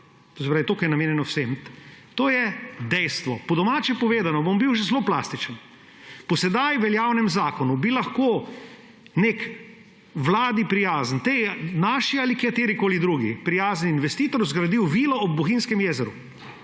To je dejstvo. Po domače povedano, bom zelo plastičen. Po sedaj veljavnem zakonu bi lahko nek vladi prijazen, naši ali katerikoli drugi, prijazen investitor zgradil vilo ob Bohinjskem jezeru,